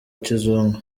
kizungu